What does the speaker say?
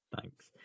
Thanks